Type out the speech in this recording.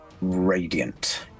radiant